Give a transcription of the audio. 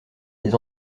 les